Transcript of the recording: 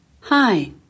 Hi